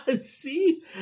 See